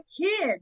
kids